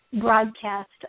broadcast